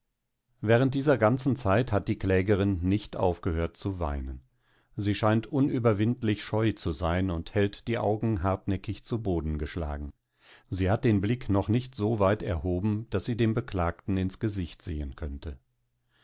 während dieser ganzen zeit hat die klägerin nicht aufgehört zu weinen sie scheint unüberwindlich scheu zu sein und hält die augen hartnäckig zu boden geschlagen sie hat den blick noch nicht so weit erhoben daß sie dem beklagten ins gesicht sehen könnte